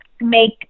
make